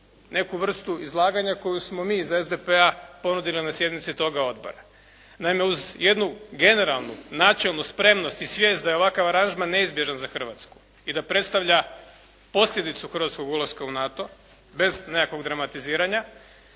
neku vrstu izlaganja koju smo mi iz SDP-a ponudili na sjednici toga odbora. Naime, uz jednu generalnu načelnu spremnost i svijest da je ovakav aranžman neizbježan za Hrvatsku i da predstavlja posljedicu hrvatskog ulaska u NATO bez nekakvog dramatiziranja